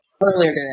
earlier